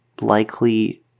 likely